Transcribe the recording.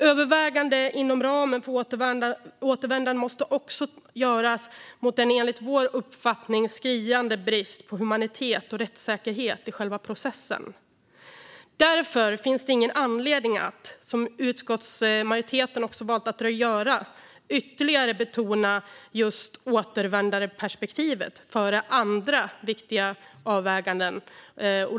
Överväganden inom ramen för återvändande måste också göras mot en enligt vår uppfattning skriande brist på humanitet och rättssäkerhet i själva asylprocessen. Därför finns det ingen anledning att, som utskottsmajoriteten har valt att göra, ytterligare betona just återvändandeperspektivet före andra viktiga avväganden.